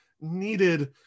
needed